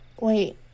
Wait